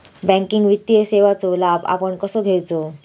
Banking वित्तीय सेवाचो लाभ आपण कसो घेयाचो?